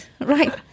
right